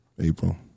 April